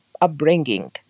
upbringing